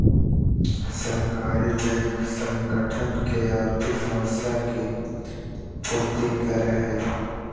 सहकारी बैंक संगठन के आर्थिक समस्या के पूर्ति करो हइ